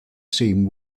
same